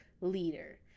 leader